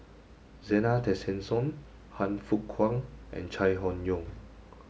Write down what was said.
Zena Tessensohn Han Fook Kwang and Chai Hon Yoong